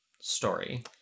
story